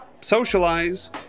socialize